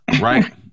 Right